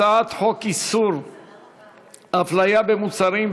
הצעת חוק איסור הפליה במוצרים,